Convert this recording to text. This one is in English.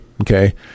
Okay